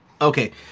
Okay